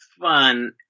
fun